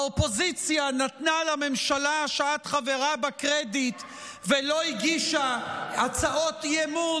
האופוזיציה נתנה לממשלה שאת חברה בה קרדיט ולא הגישה הצעות אי-אמון,